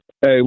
Hey